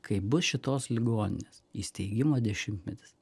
kai bus šitos ligoninės įsteigimo dešimtmetis